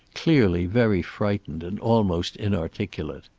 clearly very frightened and almost inarticulate.